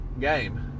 game